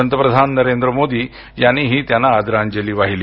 पंतप्रधान नरेंद्र मोदी यांनीही त्यांना आदरांजली वाहिली